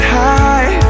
high